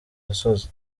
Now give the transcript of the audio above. gasozi